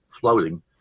floating